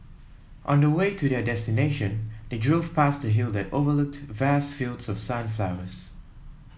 on the way to their destination they drove past a hill that overlooked vast fields of sunflowers